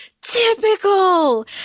typical